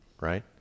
right